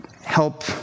help